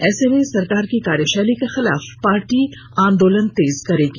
ऐसे में सरकार की कार्यशैली के खिलाफ पार्टी आंदोलन तेज करेगी